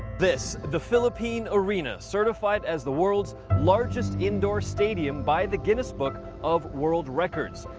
this, the philippine arena certified as the world's largest indoor stadium by the guinness book of world records.